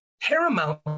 paramount